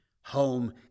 home